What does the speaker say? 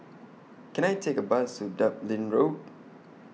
Can I Take A Bus to Dublin Road